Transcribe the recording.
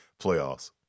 playoffs